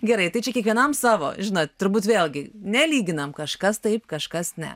gerai tai čia kiekvienam savo žinot turbūt vėlgi nelyginam kažkas taip kažkas ne